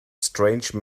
strange